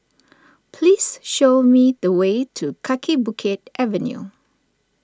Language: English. please show me the way to Kaki Bukit Avenue